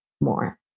more